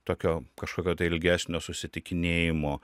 tokio kažkokio tai ilgesnio susitikinėjimo